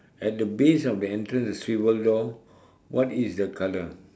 at the base of the entrance the swivel door what is the colour